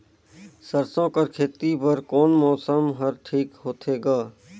सरसो कर खेती बर कोन मौसम हर ठीक होथे ग?